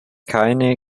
keine